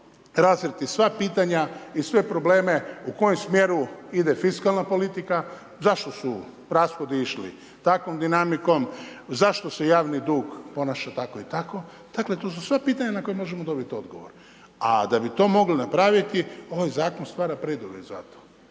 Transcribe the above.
razviti sva pitanja i sve probleme, u kojem smjeru ide fiskalna politika, zašto su rashodi išli takvom dinamikom, zašto se javni dug ponaša tako i tako. Dakle, to su sva pitanja na koje možemo dobiti odgovor. A da bi to mogli napraviti, ovaj Zakon stvara preduvjet za to